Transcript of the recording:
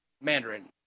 Mandarin